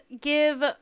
give